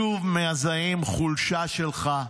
שוב מזהים חולשה שלך,